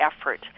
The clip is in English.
effort